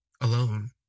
alone